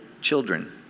children